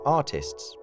artists